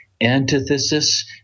antithesis